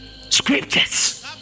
Scriptures